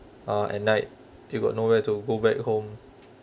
ah at night you got nowhere to go back home